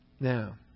Now